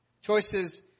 Choices